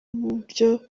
uburyo